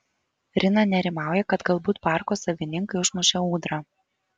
rina nerimauja kad galbūt parko savininkai užmušė ūdrą